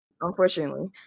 unfortunately